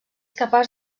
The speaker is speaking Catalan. capaç